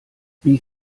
wie